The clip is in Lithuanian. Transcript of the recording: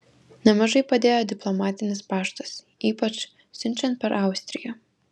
nemažai padėjo diplomatinis paštas ypač siunčiant per austriją